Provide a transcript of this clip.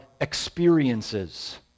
experiences